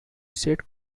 said